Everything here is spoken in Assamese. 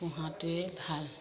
পোহাটোৱে ভাল